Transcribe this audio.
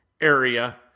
area